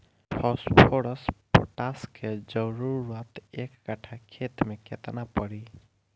Phosphorus potash के जरूरत एक कट्ठा खेत मे केतना पड़ी?